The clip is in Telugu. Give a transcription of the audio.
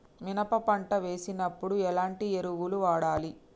మినప పంట వేసినప్పుడు ఎలాంటి ఎరువులు వాడాలి?